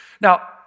Now